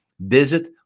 visit